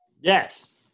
Yes